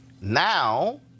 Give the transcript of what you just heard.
Now